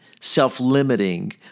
self-limiting